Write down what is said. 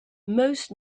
most